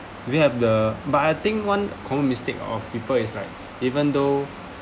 do you have the but I think one common mistake of people is like even though